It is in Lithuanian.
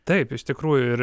taip iš tikrųjų ir